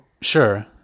Sure